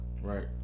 Right